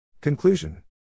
Conclusion